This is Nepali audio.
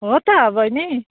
हो त बहिनी